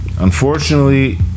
Unfortunately